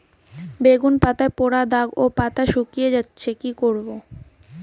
বেগুন পাতায় পড়া দাগ ও পাতা শুকিয়ে যাচ্ছে কি করব?